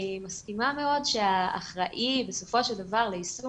אני מסכימה מאוד שהאחראי בסופו של דבר ליישום